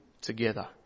together